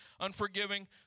unforgiving